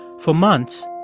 for months,